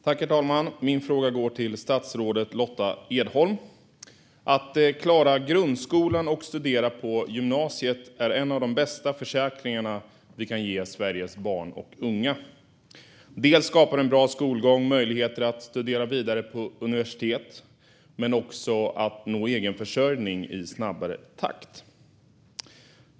Herr talman! Min fråga går till statsrådet Lotta Edholm. Att klara grundskolan och studera på gymnasiet är en av de bästa försäkringarna vi kan ge Sveriges barn och unga. En bra skolgång skapar möjligheter att studera vidare på universitet men också att nå egen försörjning i snabbare takt.